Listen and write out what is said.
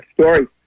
story